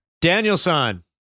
Danielson